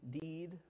deed